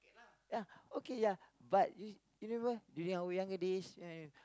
ya okay ya but you you remember during our younger days when we